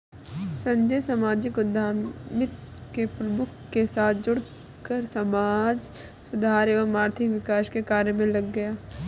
संजय सामाजिक उद्यमिता के प्रमुख के साथ जुड़कर समाज सुधार एवं आर्थिक विकास के कार्य मे लग गया